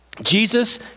Jesus